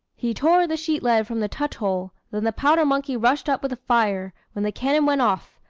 he tore the sheet-lead from the touch-hole then the powder-monkey rushed up with the fire, when the cannon went off,